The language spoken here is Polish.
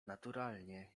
naturalnie